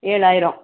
ஏழாயிரம்